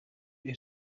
name